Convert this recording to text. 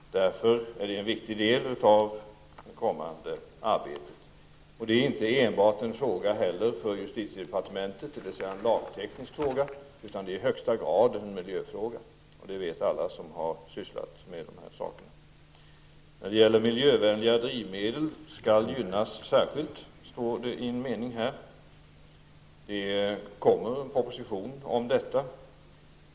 Detta utgör därför en viktig del av det kommande arbetet. Det är inte heller enbart en fråga för justitiedepartementet, dvs. en lagteknisk fråga, utan det är i högsta grad en miljöfråga. Det vet alla som har sysslat med dessa frågor. Miljövänliga drivmedel skall gynnas särskilt, står det i regeringsförklaringen. Det kommer en proposition om detta.